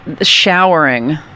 showering